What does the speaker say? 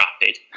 rapid